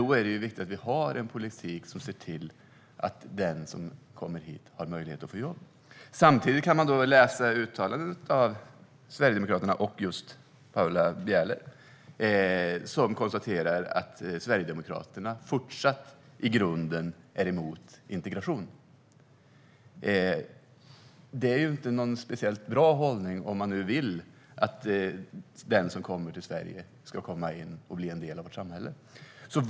Då är det viktigt att vi har en politik som ser till att den som kommer hit har möjlighet att få jobb. Samtidigt kan man läsa i uttalanden från Sverigedemokraterna och Paula Bieler att Sverigedemokraterna fortsatt i grunden är emot integration. Det är ju inte någon särskilt bra hållning om man vill att den som kommer till Sverige ska komma in och bli en del av vårt samhälle.